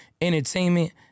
entertainment